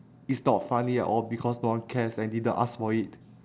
is not funny at all because no one cares and I didn't ask for it